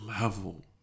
level